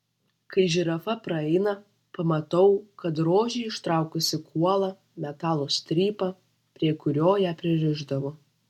kai žirafa praeina pamatau kad rožė ištraukusi kuolą metalo strypą prie kurio ją pririšdavo